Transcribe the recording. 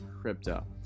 crypto